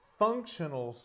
functional